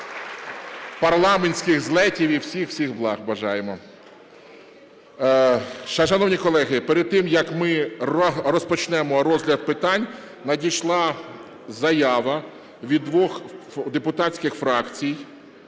парламентських злетів і всіх-всіх благ бажаємо! Шановні колеги, перед тим, як ми розпочнемо розгляд питань, надійшла заява від двох депутатських фракцій,